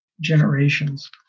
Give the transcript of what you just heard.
generations